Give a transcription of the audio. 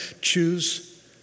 choose